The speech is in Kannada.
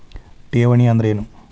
ಠೇವಣಿ ಅಂದ್ರೇನು?